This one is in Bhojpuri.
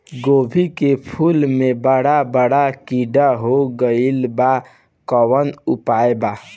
गोभी के फूल मे बड़ा बड़ा कीड़ा हो गइलबा कवन उपाय बा?